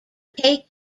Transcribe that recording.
take